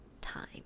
time